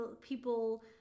people